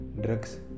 Drugs